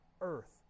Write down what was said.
earth